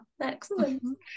Excellent